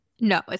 no